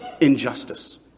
injustice